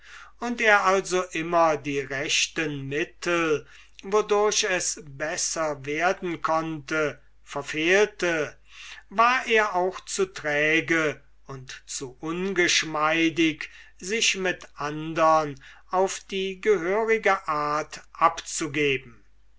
und er also immer die rechten mittel wodurch es besser werden konnte verfehlte war er auch zu träge und zu ungeschmeidig sich mit andern auf die gehörige art abzugeben